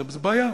זה בעיה.